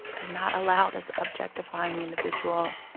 and not allow this objectifying individual